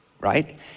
Right